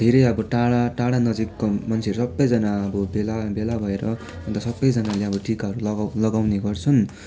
धेरै अब टाढा टाढा नजिकको मान्छेहरू सबैजना अब भेला भए भेला भएर अन्त सबैजनाले अब टिकाहरू लगाउ लगाउने गर्छन्